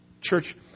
Church